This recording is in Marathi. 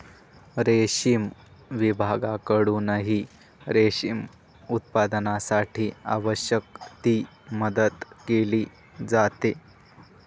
रेशीम विभागाकडूनही रेशीम उत्पादनासाठी आवश्यक ती मदत केली जाते